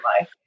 life